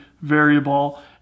variable